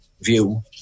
view